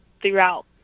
throughout